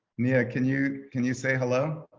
nia, can you can you say hello?